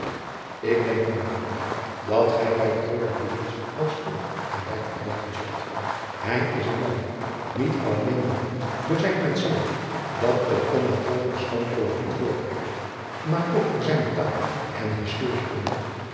ik denk mijn vriend dat gij bij den grooten rubbens wel spoedig van dijk vergeten zult hij is een man niet alleen beroemd door zijn penseel dat een onnavolgbaar schoon koloriet voortbrengt maar ook door zijne taal en